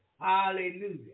Hallelujah